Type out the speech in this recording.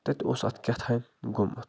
تَتہِ اوس اَتھ کیٛاہ تھام گوٚمُت